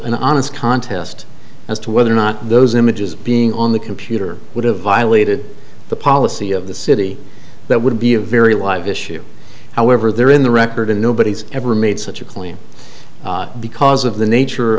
an honest contest as to whether or not those images being on the computer would have violated the policy of the city that would be a very live issue however there in the record and nobody's ever made such a claim because of the nature